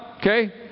okay